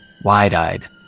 Wide-eyed